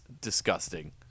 disgusting